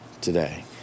today